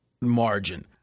margin